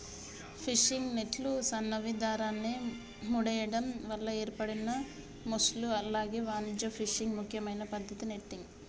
fishing నెట్లు సన్నని దారాన్ని ముడేయడం వల్ల ఏర్పడిన మెష్లు అలాగే వాణిజ్య ఫిషింగ్ ముఖ్యమైన పద్దతి నెట్టింగ్